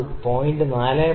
ഇപ്പോൾ ഇത് 0